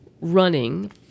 running